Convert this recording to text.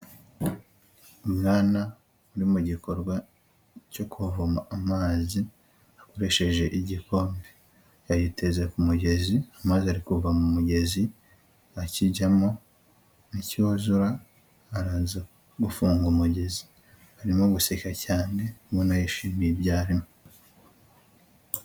Umwana uri mu gikorwa cyo kuvoma amazi akoresheje igikombe, yagiteze ku mugezi amazi ari kuva mu mugezi akijyamo nicyuzura araza gufunga umugezi. Arimo guseka cyane ubona yishimiye ibyo arimo.